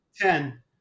Ten